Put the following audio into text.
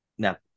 Now